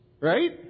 Right